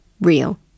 real